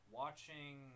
watching